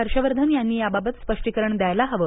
हर्षवर्धन यांनी याबाबत स्पष्टीकरण द्यायला हवं